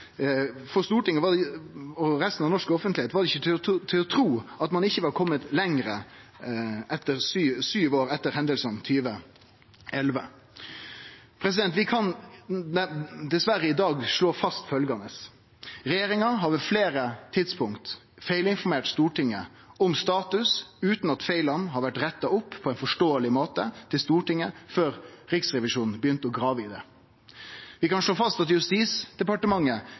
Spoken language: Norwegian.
og budsjettdialogar med både politi og forsvar. For Stortinget og resten av norsk offentlegheit var det ikkje til å tru at ein ikkje var komen lenger sju år etter hendingane i 2011. Vi kan i dag dessverre slå fast følgjande: Regjeringa har på fleire tidspunkt feilinformert Stortinget om status, utan at feila har blitt retta opp på ein forståeleg måte for Stortinget før Riksrevisjonen begynte å grave i det. Vi kan slå